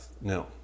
No